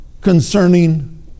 concerning